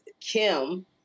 Kim